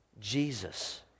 Jesus